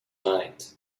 night